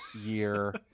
year